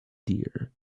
deer